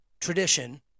tradition